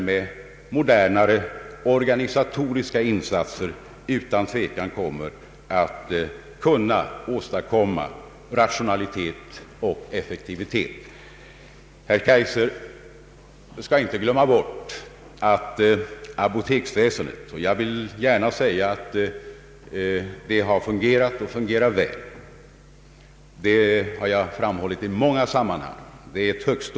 Med modernare organisatoriska insatser kommer vi utan tvekan att kunna åstadkomma rationalitet och effektivitet inom organisationen. Jag vill gärna säga, och det har jag framhållit många gånger, att vi har ett högtstående apoteksväsende i Sverige som har fungerat och fungerar väl.